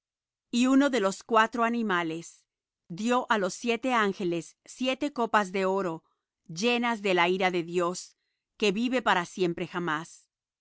y uno de los cuatro animales dió á los siete ángeles siete copas de oro llenas de la ira de dios que vive para siempre jamás